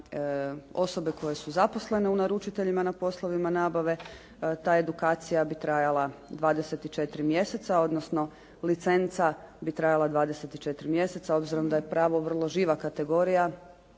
osobe koje su zaposlene u naručiteljima na poslovima nabave. Ta edukacija bi trajala 24 mjeseca, odnosno licenca bi trajala 24 mjeseca obzirom da je pravo vrlo živa kategorija